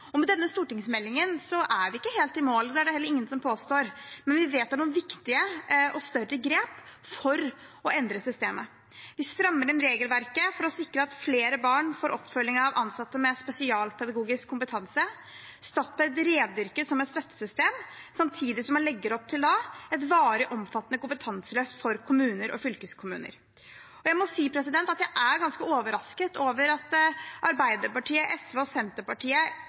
og ikke minst i kompetanse. Med denne stortingsmeldingen er vi ikke helt i mål, og det er det heller ingen som påstår, men vi vedtar noen viktige og større grep for å endre systemet: Vi strammer inn regelverket for å sikre at flere barn får oppfølging av ansatte med spesialpedagogisk kompetanse, Statped rendyrkes som et støttesystem, samtidig som man legger opp til et varig, omfattende kompetanseløft for kommuner og fylkeskommuner. Jeg må si at jeg er ganske overrasket over at Arbeiderpartiet, SV og Senterpartiet